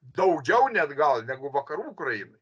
daugiau net gal negu vakarų ukrainoj